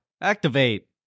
Activate